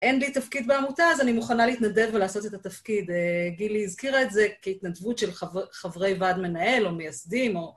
אין לי תפקיד בעמותה, אז אני מוכנה להתנדב ולעשות את התפקיד גילי הזכירה את זה כהתנדבות של חברי ועד מנהל או מייסדים או...